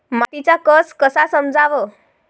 मातीचा कस कसा समजाव?